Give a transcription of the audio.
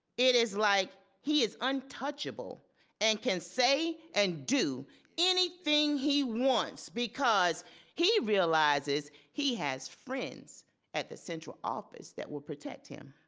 it is like he is untouchable and can say and do anything he wants because he realizes he has friends at the central office that will protect him.